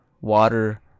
water